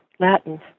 Latin